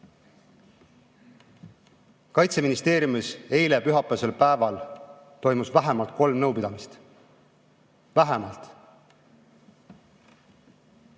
Kaitseministeeriumis eile, pühapäevasel päeval toimus vähemalt kolm nõupidamist. Vähemalt!